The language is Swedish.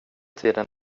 tiden